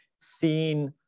seeing